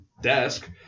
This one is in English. desk